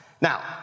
Now